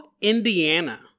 Indiana